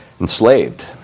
enslaved